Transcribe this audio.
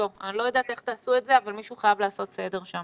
אני לא יודעת איך תעשו את זה אבל מישהו חייב לעשות שם סדר.